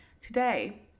today